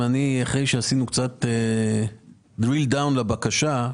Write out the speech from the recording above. אחרי שנכנסנו לפרטי הבקשה,